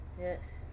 Yes